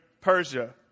Persia